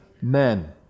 men